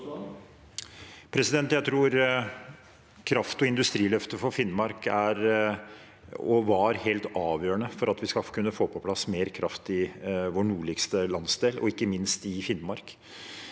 Jeg tror kraft- og industriløftet for Finnmark var og er helt avgjørende for at vi skal kunne få på plass mer kraft i vår nordligste landsdel og ikke minst i Finnmark.